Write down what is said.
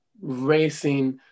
racing